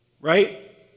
Right